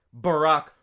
Barack